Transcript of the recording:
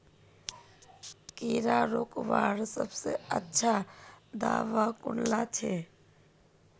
कीड़ा रोकवार सबसे अच्छा दाबा कुनला छे?